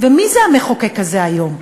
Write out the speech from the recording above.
ומי זה המחוקק הזה היום?